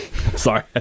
Sorry